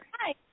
Hi